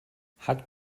hat